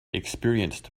experienced